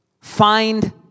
find